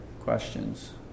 questions